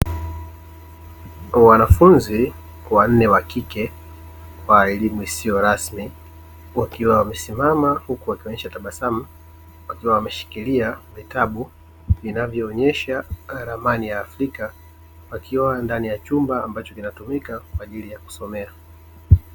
Wanafunzi wanne wakike wa elimu isiyo rasmi, wakiwa wamesimama huku wakionyesha tabasamu wakiwa wakishikilia vitabu vinavyoonyesha ramani ya Afrika wakiwa ndani ya chumba ambacho kinatumika kwaajili ya kusomea.